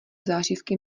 zářivky